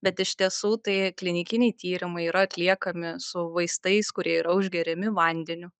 bet iš tiesų tai klinikiniai tyrimai yra atliekami su vaistais kurie yra užgeriami vandeniu